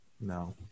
no